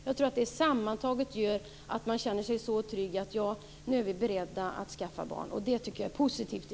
Jag tror att det sammantaget gör att man känner sig så trygg att man säger: Ja, nu är vi beredda att skaffa barn. Det tycker jag är positivt i